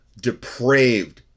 depraved